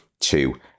two